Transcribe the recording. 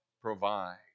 provide